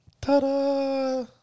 Ta-da